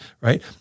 right